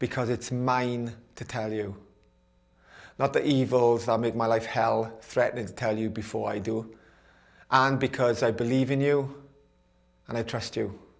because it's mine to tell you not the evils i make my life hell threatening to tell you before i do and because i believe in you and i trust